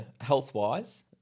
health-wise